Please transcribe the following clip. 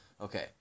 Okay